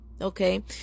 okay